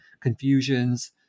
confusions